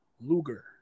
Luger